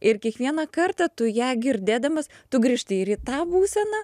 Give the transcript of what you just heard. ir kiekvieną kartą tu ją girdėdamas tu grįžti ir į tą būseną